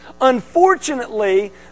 unfortunately